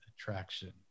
attraction